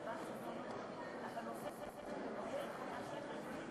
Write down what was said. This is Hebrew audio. ואת העובדה שאתם רואים את התמונה כולה,